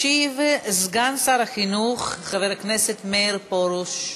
ישיב סגן שר החינוך חבר הכנסת מאיר פרוש.